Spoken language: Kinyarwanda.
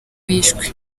bishwe